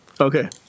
Okay